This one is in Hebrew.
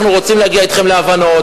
אנחנו רוצים להגיע אתכם להבנות,